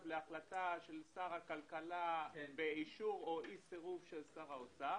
להחלטה של שר הכלכלה באישור או אי סירוב של שר האוצר,